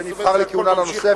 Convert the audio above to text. על כך שהוא נבחר לכהונה נוספת,